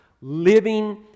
living